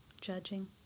judging